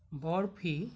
barfi